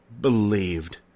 believed